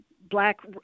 black